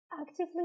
Actively